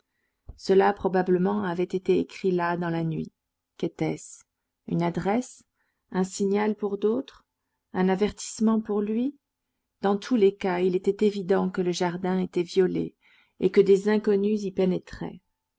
cela probablement avait été écrit là dans la nuit qu'était-ce une adresse un signal pour d'autres un avertissement pour lui dans tous les cas il était évident que le jardin était violé et que des inconnus y pénétraient